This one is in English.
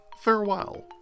Farewell